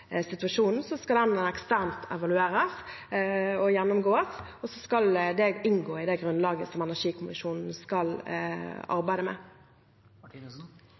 situasjonen, skal den evalueres og gjennomgås eksternt – og det skal inngå i det grunnlaget som energikommisjonen skal arbeide med.